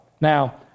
Now